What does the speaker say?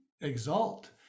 exalt